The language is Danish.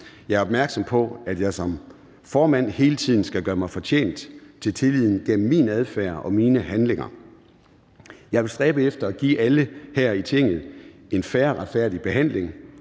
Jeg er opmærksom på, at jeg som formand hele tiden skal gøre mig fortjent til tilliden gennem min adfærd og mine handlinger. Jeg vil stræbe efter at give alle her i Tinget en fair og retfærdig behandling,